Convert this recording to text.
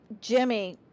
jimmy